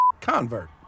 convert